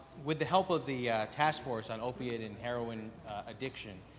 with the help of the task force on opioid and heroin addiction,